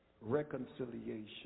reconciliation